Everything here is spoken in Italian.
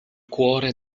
cuore